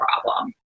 problem